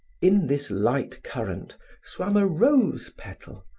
in this light current swam a rose petal,